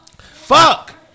Fuck